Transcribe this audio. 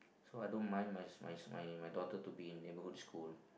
so I don't mind my my my daughter to be in neighbourhood school